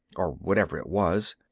or whatever it was,